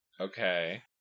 okay